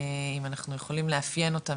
אם אנחנו יכולים לאפיין אותם,